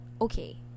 okay